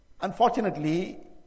unfortunately